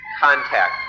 contact